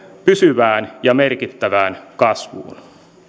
pysyvään ja merkittävään kasvuun